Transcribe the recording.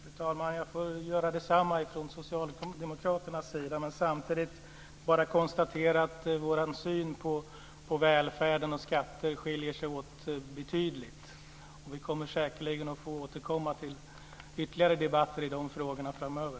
Fru talman! Jag får göra detsamma från socialdemokraternas sida. Samtidigt vill jag bara konstatera att våra sätt att se på välfärd och skatter skiljer sig åt betydligt. Vi kommer säkerligen att få återkomma till ytterligare debatter i de frågorna framöver.